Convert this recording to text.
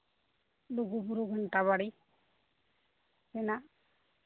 ᱞᱩᱜᱩᱼᱵᱩᱨᱩ ᱜᱷᱟᱱᱴᱟ ᱵᱟᱲᱮ ᱢᱮᱱᱟᱜ